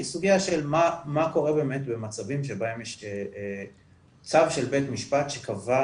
היא סוגיה של מה קורה באמת במצבים שבם יש צו של בי משפט שקבע